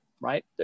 right